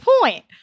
point